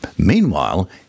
Meanwhile